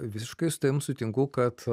visiškai su tavimi sutinku kad